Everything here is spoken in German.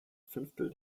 fünftel